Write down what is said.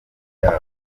yabo